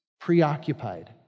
preoccupied